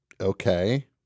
Okay